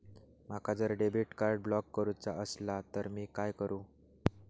माका जर debit card block करूचा असला तर मी काय करू?